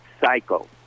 cycle